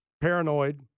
paranoid